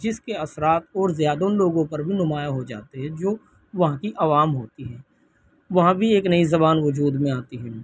جس کے اثرات اور زیادہ ان لوگوں پر بھی نمایاں ہو جاتے ہیں جو وہاں کی عوام ہوتی ہے وہاں بھی ایک نئی زبان وجود میں آتی ہے